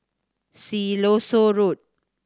Siloso Road